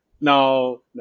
no